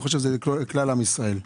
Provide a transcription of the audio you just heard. זה כלל עם ישראל.